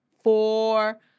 four